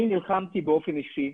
אני נלחמתי באופן אישי,